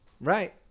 Right